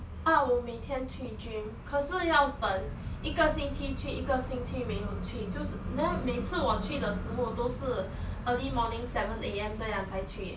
ah 我每天去 gym 可是要等一个星期去一个星期没有去就是 then 每次我去的时候都是 early morning seven A_M 这样才去